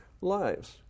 lives